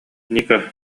ника